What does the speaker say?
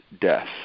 death